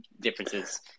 differences